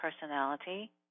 personality